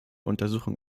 untersuchung